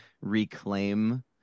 reclaim